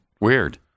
weird